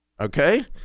Okay